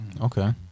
Okay